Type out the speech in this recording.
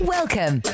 Welcome